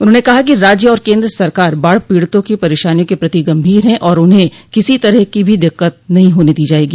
उन्होंने कहा कि राज्य और केन्द्र सरकार बाढ़ पीड़ितों की परेशानियों के प्रति गंभीर है और उन्हें किसी तरह की भी दिक्कत नहीं होने दी जायेगी